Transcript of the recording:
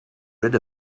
rid